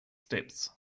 steps